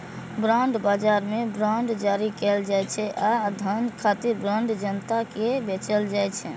bond बाजार मे bond जारी कैल जाइ छै आ धन खातिर बांड जनता कें बेचल जाइ छै